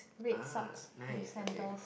!ah! nice okay